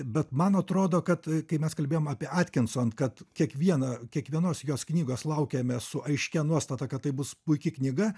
bet man atrodo kad kai mes kalbėjom apie atkinson kad kiekvieną kiekvienos jos knygos laukiame su aiškia nuostata kad tai bus puiki knyga